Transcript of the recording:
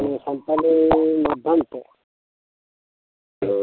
ᱥᱟᱱᱛᱟᱞᱤ ᱢᱟᱫᱽᱫᱷᱚᱢᱛᱮ